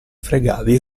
fregavi